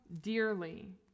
dearly